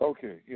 Okay